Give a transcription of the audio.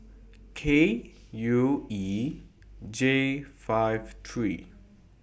K U E J five three